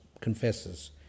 confessors